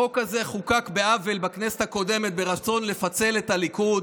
החוק הזה חוקק בעוול בכנסת הקודמת ברצון לפצל את הליכוד.